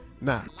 Now